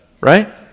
right